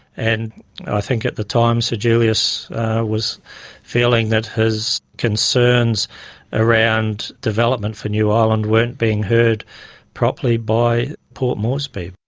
and i think at the time sir julius was feeling that his concerns around development for new ireland weren't being heard properly by port moresby.